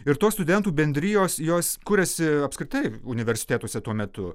ir tos studentų bendrijos jos kuriasi apskritai universitetuose tuo metu